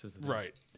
Right